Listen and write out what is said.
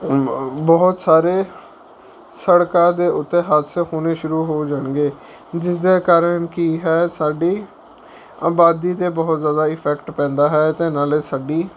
ਬਹੁਤ ਸਾਰੇ ਸੜਕਾਂ ਦੇ ਉੱਤੇ ਹਾਦਸੇ ਹੋਣੇ ਸ਼ੁਰੂ ਹੋ ਜਾਣਗੇ ਜਿਸ ਦੇ ਕਾਰਨ ਕੀ ਹੈ ਸਾਡੀ ਆਬਾਦੀ 'ਤੇ ਬਹੁਤ ਜ਼ਿਆਦਾ ਇਫੈਕਟ ਪੈਂਦਾ ਹੈ ਅਤੇ ਨਾਲੇ ਸਾਡੀ